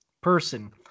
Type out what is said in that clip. person